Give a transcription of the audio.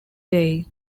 day